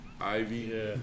Ivy